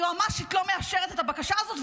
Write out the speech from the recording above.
היועמ"שית לא מאפשרת את הבקשה הזאת,